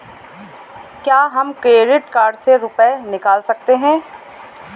क्या हम credit card से रुपये निकाल सकते हैं?